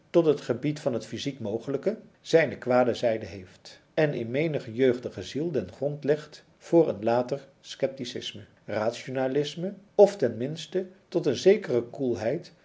tot het gebied van het physiek mogelijke zijne kwade zijde heeft en in menige jeugdige ziel den grond legt tot een later scepticisme rationalisme of ten minste tot een zekere koelheid